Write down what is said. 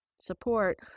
support